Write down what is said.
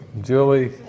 Julie